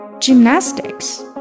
Gymnastics